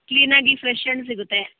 ಕ್ಲೀನಾಗಿ ಫ್ರೆಶ್ ಹಣ್ಣು ಸಿಗುತ್ತೆ